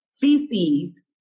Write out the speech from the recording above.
feces